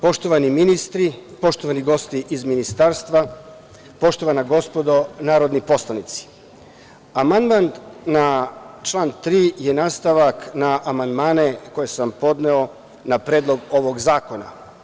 Poštovani ministri, poštovani gosti iz Ministarstva, poštovana gospodo narodni poslanici, amandman na član 3. je nastavak na amandmane koje sam podneo na predlog ovog zakona.